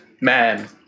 man